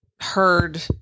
heard